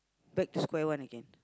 back to square one again